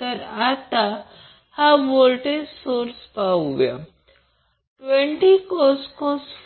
तर आता हा व्होल्टेज सोर्स पाहूया 20cos